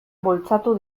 bultzatu